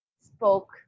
spoke